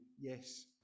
Yes